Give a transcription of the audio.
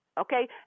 Okay